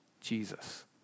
Jesus